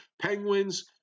penguins